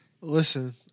Listen